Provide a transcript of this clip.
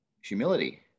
humility